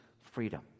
freedom